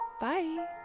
bye